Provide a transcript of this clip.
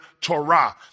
Torah